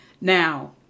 Now